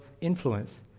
influence